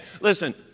Listen